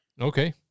Okay